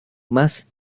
más